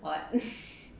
what